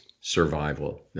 survival